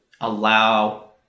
allow